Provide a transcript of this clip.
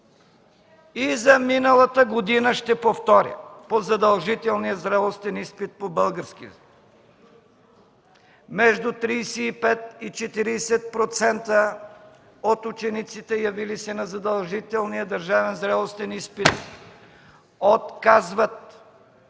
И за миналата година – ще повторя, по задължителния зрелостен изпит по български език, между 35 и 40% от учениците, явили се на задължителния зрелостен изпит, отказват